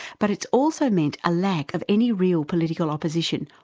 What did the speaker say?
but it's also meant a lack of any real political opposition,